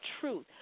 truth